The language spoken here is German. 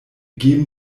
geben